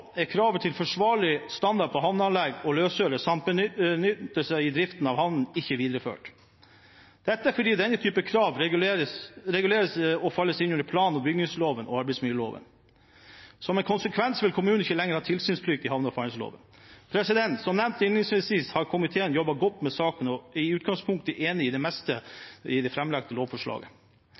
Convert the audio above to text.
er krav til forsvarlig standard på havneanlegg og løsøre som benyttes i driften av havnen, ikke videreført. Dette er fordi denne type krav og reguleringer faller inn under plan- og bygningsloven og arbeidsmiljøloven. Som en konsekvens vil kommunene ikke lenger ha tilsynsplikt etter havne- og farvannsloven. Som nevnt innledningsvis har komiteen jobbet godt med saken og er i utgangspunktet enig om det meste i det framlagte lovforslaget.